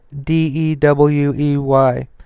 D-E-W-E-Y